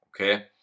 okay